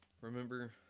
remember